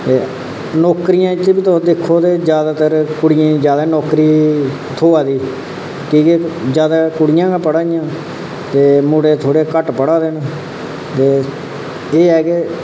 नौकरियें च बी तुस इत्थै दिक्खो ते कुड़ियें गी नौकरी जादैतर थ्होआ दी की के जादै कुड़ियां गै पढ़ा दियां ते मुड़े थोह्ड़े घट्ट पढ़ा दे न ते एह् ऐ के